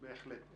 בהחלט.